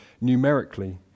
numerically